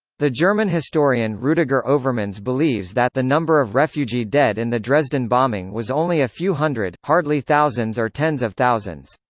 the german historian rudiger overmans believes that the number of refugee dead in the dresden bombing was only a few hundred, hardly hardly thousands or tens of thousands